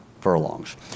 furlongs